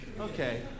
Okay